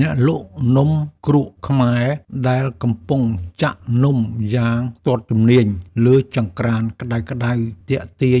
អ្នកលក់នំគ្រក់ខ្មែរដែលកំពុងចាក់នំយ៉ាងស្ទាត់ជំនាញលើចង្ក្រានក្ដៅៗទាក់ទា